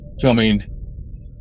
filming